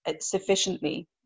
sufficiently